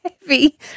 heavy